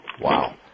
Wow